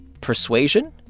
persuasion